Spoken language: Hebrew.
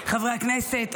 חברי הכנסת,